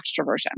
extroversion